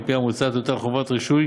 על-פי המוצע, תוטל חובת רישוי